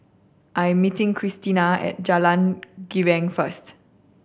I am meeting Krystina at Jalan Girang first